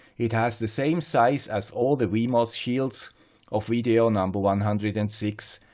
it has the same size as all the wemos shield of video and um but one hundred and six,